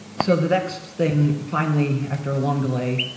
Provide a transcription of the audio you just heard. so, the next thing finally after a long delay,